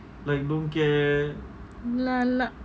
lah lah